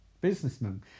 businessman